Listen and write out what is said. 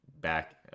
back